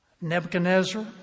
Nebuchadnezzar